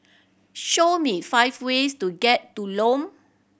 show me five ways to get to Lome